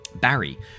barry